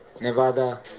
Nevada